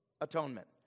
atonement